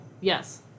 Yes